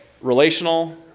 relational